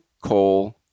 coal